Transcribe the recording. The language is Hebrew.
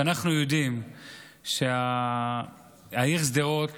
ואנחנו יודעים שהעיר שדרות